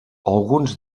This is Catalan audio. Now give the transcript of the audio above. alguns